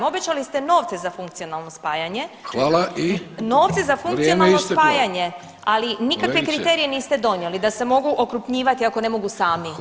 Obećali ste novce za funkcionalno spajanje [[Upadica Vidović: Hvala.]] novce za funkcionalno spajanje [[Upadica Vidović: Vrijeme isteklo kolegice.]] ali nikakve kriterije niste donijeli da se mogu okrupnjivati ako ne mogu sami u javnim